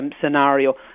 scenario